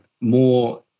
more